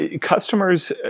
Customers